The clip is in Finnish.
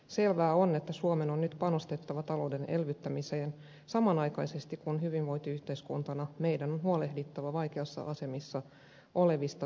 selvää on että suomen on nyt panostettava talouden elvyttämiseen samanaikaisesti kun hyvinvointiyhteiskuntana meidän on huolehdittava vaikeassa asemassa olevista kanssaihmisistä